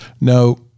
No